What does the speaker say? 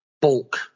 bulk